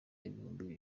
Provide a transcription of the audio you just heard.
ibihumbi